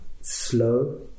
slow